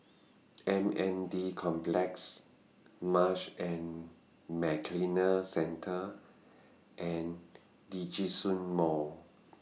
M N D Complex Marsh and McLennan Centre and Djitsun Mall